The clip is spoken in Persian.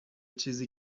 چیزی